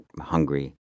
hungry